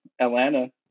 Atlanta